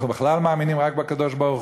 אנחנו בכלל מאמינים רק בקדוש-ברוך-הוא,